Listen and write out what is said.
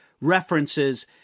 references